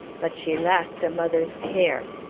but she lacked a mother's care.